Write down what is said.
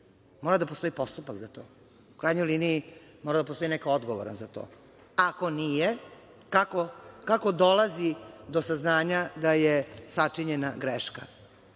mora da postoji postupak za to. U krajnjoj liniji, mora da postoji neko odgovoran za to. Ako nije, kako dolazi do saznanja da je sačinjena greška? Ne